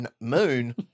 moon